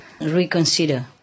reconsider